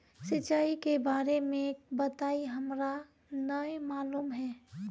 सिंचाई के बारे में बताई हमरा नय मालूम है?